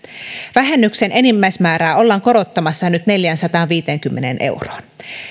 vähennyksen enimmäismäärää ollaan korottamassa nyt neljäänsataanviiteenkymmeneen euroon